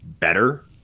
better